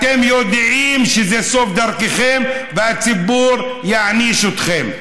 אתם יודעים שזה סוף דרככם, והציבור יעניש אתכם.